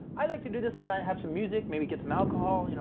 i like to do this when i have some music, maybe get some alcohol, you know